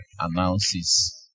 announces